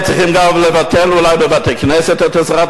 אין לנו דרך אחרת.